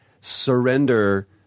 surrender